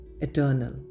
eternal